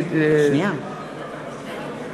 באסל גטאס, נגד, נגד, נגד.